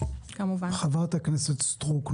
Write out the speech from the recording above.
חברת הכנסת סטרוק,